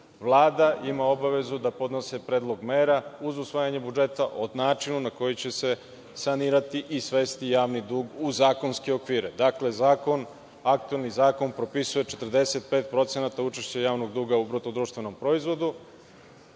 Vlada ima obavezu da podnese predlog mera uz usvajanje budžeta od načina na koji će se sanirati i svesti javni dug u zakonske okvire. Dakle, aktuelni zakon propisuje 45% učešća javnog duga u BDP-u. Mi nismo